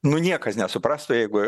nu niekas nesuprastų jeigu